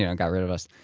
yeah got rid of us.